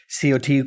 COT